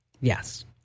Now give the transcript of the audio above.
Yes